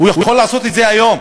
הוא יכול לעשות את זה היום,